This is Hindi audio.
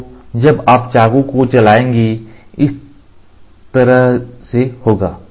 तो जब आप चाकू को चलाएंगे यह इस तरह से होगा